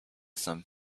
some